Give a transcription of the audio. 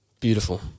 Beautiful